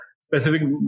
specific